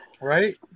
Right